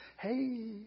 hey